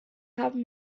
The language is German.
haben